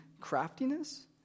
craftiness